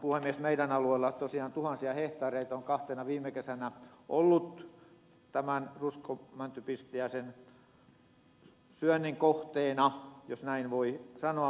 meidän alueellamme tosiaan tuhansia hehtaareita on kahtena viime kesänä ollut tämän ruskomäntypistiäisen syönnin kohteena jos näin voi sanoa